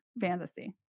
fantasy